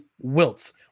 wilts